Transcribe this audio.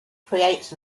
creates